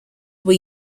were